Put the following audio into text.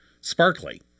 sparkly